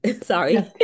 Sorry